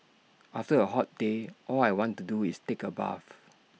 after A hot day all I want to do is take A bath